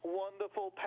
wonderful